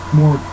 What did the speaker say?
more